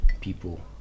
people